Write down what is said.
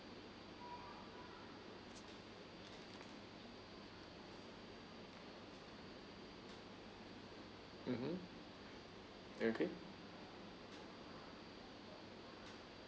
mmhmm okay